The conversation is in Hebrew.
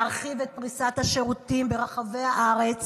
להרחיב את פריסת השירותים ברחבי הארץ